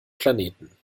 planeten